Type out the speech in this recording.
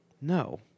No